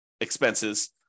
expenses